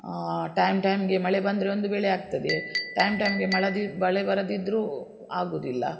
ಆ ಟೈಮ್ ಟೈಮ್ಗೆ ಮಳೆ ಬಂದರೆ ಒಂದು ಬೆಳೆ ಆಗ್ತದೆ ಟೈಮ್ ಟೈಮ್ಗೆ ಮಳೆ ಮಳೆ ಬರದಿದ್ರೂ ಆಗೋದಿಲ್ಲ